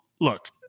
look